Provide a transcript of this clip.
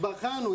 בחנו,